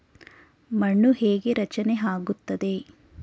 ಮಣ್ಣು ಹೇಗೆ ರಚನೆ ಆಗುತ್ತದೆ?